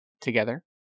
together